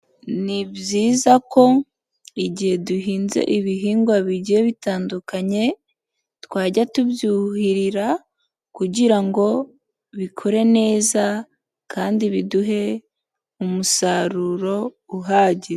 Ni byiza ko igihe duhinze ibihingwa bigiye bitandukanye twajya tubyuhirira kugira ngo bikore neza kandi biduhe umusaruro uhagije.